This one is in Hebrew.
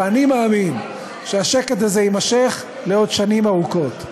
ואני מאמין שהשקט הזה יימשך עוד שנים ארוכות.